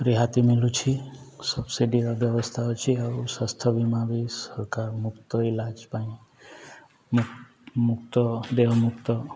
ରିହାତି ମିଳୁଛି ସବସିଡ଼ିର ବ୍ୟବସ୍ଥା ଅଛି ଆଉ ସ୍ୱାସ୍ଥ୍ୟ ବୀମା ବି ସରକାର ମୁକ୍ତ ଇଲାଜ ପାଇଁ ମୁକ୍ତ ଦେୟମୁକ୍ତ